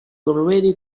already